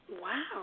Wow